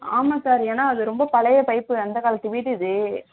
ஆமாம் சார் ஏன்னா அது ரொம்ப பழைய பைப் அந்த காலத்து வீடு இது